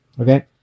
Okay